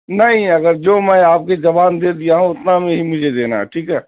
نہیں اگر جو میں آپ کی زبان دے دیا ہوں اتنا میں ہی مجھے دینا ہے ٹھیک ہے